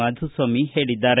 ಮಾಧುಸ್ವಾಮಿ ಹೇಳಿದ್ದಾರೆ